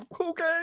Okay